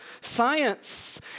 Science